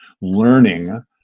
learning